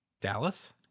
Dallas